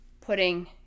putting